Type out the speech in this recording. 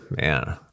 man